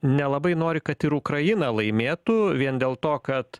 nelabai nori kad ir ukraina laimėtų vien dėl to kad